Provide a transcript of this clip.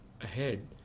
ahead